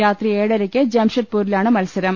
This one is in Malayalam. രാത്രി ഏഴരയ്ക്ക് ജാംഷഡ്പൂരിലാണ് മത്സ രം